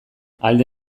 alde